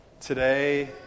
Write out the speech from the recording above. Today